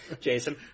Jason